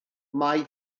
mae